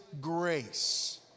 grace